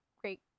great